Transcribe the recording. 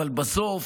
בסוף